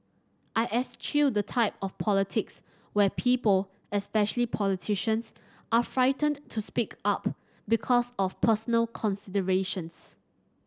I eschew the type of politics where people especially politicians are frightened to speak up because of personal considerations